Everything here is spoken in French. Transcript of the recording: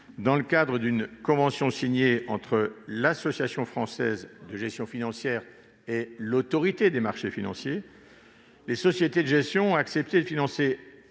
dans le cadre d'une convention signée entre l'Association française de la gestion financière et l'Autorité des marchés financiers, les sociétés de gestion ont accepté de financer